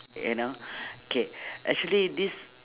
you know okay actually this